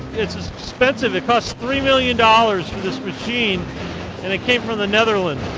it's expensive, it costs three million dollars for this machine and it came from the netherlands